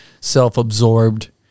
self-absorbed